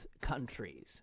countries